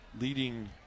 leading